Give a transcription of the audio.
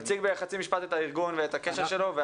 תציג בחצי משפט את הארגון ואת הקשר שלו.